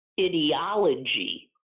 ideology